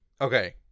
okay